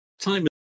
time